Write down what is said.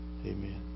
Amen